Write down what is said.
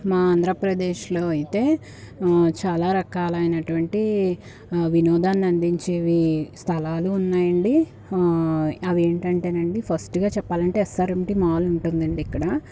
మా ఆంధ్రప్రదేశ్లో అయితే చాలా రకాలయినటువంటి వినోదాన్ని అందించేవి స్థలాలు ఉన్నాయండి అవేంటంటే అండీ ఫస్టుగా చెప్పాలంటే ఎస్ఆర్ఎమ్టి మాల్ ఉంటుందండీ ఇక్కడ